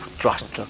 trust